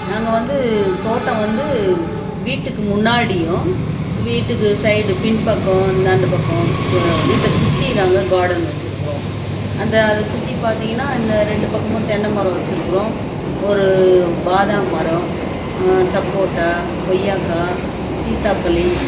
நாங்கள் வந்து தோட்டம் வந்து வீட்டுக்கு முன்னாடியும் வீட்டுக்கு சைடு பின் பக்கம் இந்தாண்ட பக்கம் இப்போ வீட்டை சுற்றி நாங்க காடன் வச்சிருக்கிறோம் அந்த அதை சுற்றி பார்த்திங்கனா அந்த ரெண்டு பக்கமும் தென்னைமரம் வச்சிருக்கிறோம் ஒரு பாதாம் மரம் சப்போட்டா கொய்யாக்காய் சித்தாப்பலி